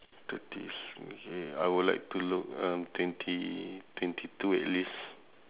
thirties okay I would like to look um twenty twenty two at least